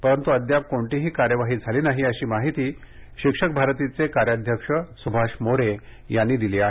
परंतु अद्याप कोणतीही कार्यवाही झालेली नाही अशी माहिती शिक्षक भारतीचे कार्यध्यक्ष सुभाष मोरे यांनी दिली आहे